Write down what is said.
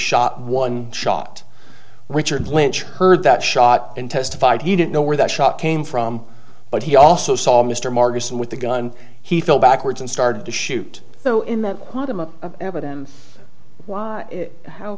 shot one shot richard lynch heard that shot and testified he didn't know where that shot came from but he also saw mr marcus in with the gun he fell backwards and started to shoot though in that part of the evidence why how